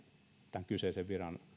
tämän kyseisen